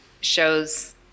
shows